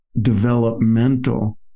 developmental